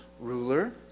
ruler